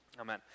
Amen